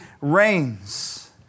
reigns